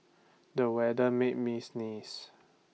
the weather made me sneeze